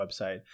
website